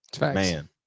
Man